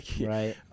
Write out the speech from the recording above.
Right